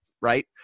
right